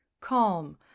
calm